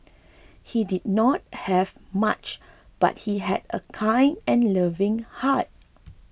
he did not have much but he had a kind and loving heart